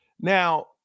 Now